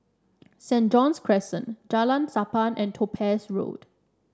Saint John's Crescent Jalan Sappan and Topaz Road